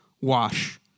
wash